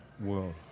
world